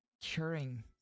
Curing